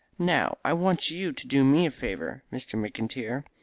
now i want you to do me a favour, mr. mcintyre.